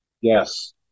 Yes